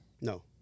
No